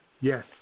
Yes